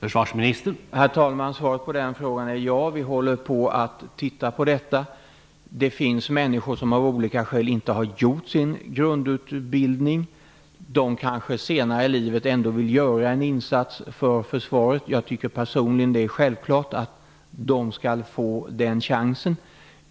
Herr talman! Svaret på den frågan är ja. Vi hål ler på att titta på den frågan. Det finns människor som av olika skäl inte har gjort sin grundutbild ning. De kanske senare i livet ändå vill göra en in sats för försvaret. Jag tycker personligen att det är självklart att de skall få den chansen.